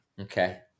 Okay